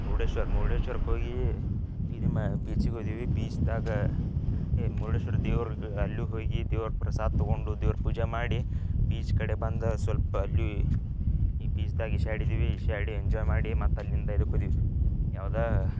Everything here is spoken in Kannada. ಮುರ್ಡೇಶ್ವರ ಮುರ್ಡೇಶ್ವರಕ್ಕೆ ಹೋಗೀ ಸೀದಾ ಮಾ ಬೀಚಿಗೆ ಹೋದಿವಿ ಬೀಚ್ದಾಗ ಹೆ ಮುರುಡೇಶ್ವರ ದೇವ್ರುಗ ಅಲ್ಲೂ ಹೋಗಿ ದೇವ್ರ ಪ್ರಸಾದ ತಗೊಂಡು ದೇವ್ರ ಪೂಜ ಮಾಡಿ ಬೀಚ್ ಕಡೆ ಬಂದು ಸೊಲ್ಪ ಅಲ್ಲಿ ಈ ಬೀಚ್ದಾಗ ಈಶ್ಯಾಡಿದ್ದೀವಿ ಈಶ್ಯಾಡಿ ಎಂಜಾಯ್ ಮಾಡಿ ಮತ್ತಲ್ಲಿಂದ ಇದಕ್ಕೋದ್ವಿ ಯಾವ್ದಾ